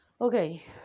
okay